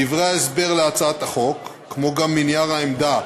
מדברי ההסבר להצעת החוק, כמו גם מנייר העמדה